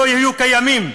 לא יהיו קיימים.